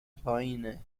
پایینه